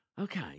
Okay